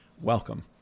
Welcome